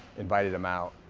invited them out,